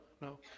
no